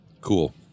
Cool